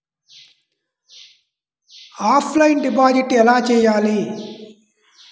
Offline deposit ఎలా చేయాలి?